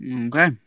Okay